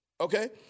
Okay